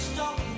Stop